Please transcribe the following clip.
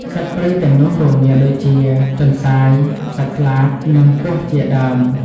សត្វព្រៃទាំងនោះរួមមានដូចជា ទន្សាយ សត្វស្លាប និងពស់ជាដើម។